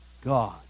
God